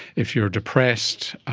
if you're depressed,